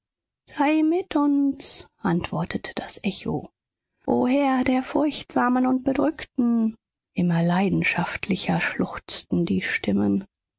sei mit uns antwortete das echo o herr der furchtsamen und bedrückten immer leidenschaftlicher schluchzten die stimmen